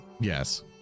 Yes